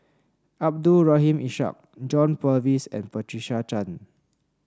Abdul Rahim Ishak John Purvis and Patricia Chan